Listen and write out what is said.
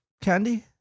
candy